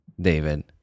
David